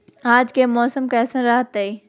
आज के मौसम कैसन रहताई?